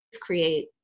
create